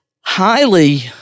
highly